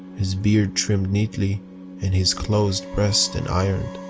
his beard trimmed neatly and his clothes pressed and ironed.